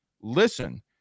listen